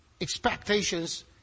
expectations